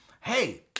hey